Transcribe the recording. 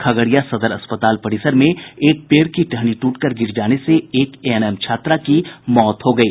खगड़िया सदर अस्पताल परिसर में एक पेड़ की टहनी टूटकर गिर जाने से एक एएनएम छात्रा की मौत हो गयी